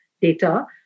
data